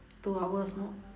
two hours more